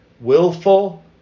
willful